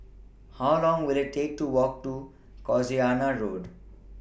How Long Will IT Take to Walk to Casuarina Road